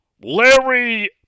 Larry